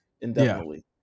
indefinitely